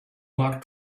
mark